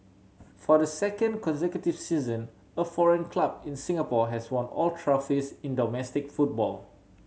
for the second consecutive season a foreign club in Singapore has won all trophies in domestic football